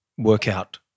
workout